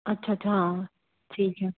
अच्छा अच्छा हाँ ठीक है